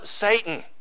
Satan